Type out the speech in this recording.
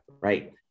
Right